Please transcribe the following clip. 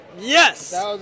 Yes